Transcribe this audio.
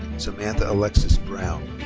samantha alexis brown.